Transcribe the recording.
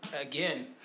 again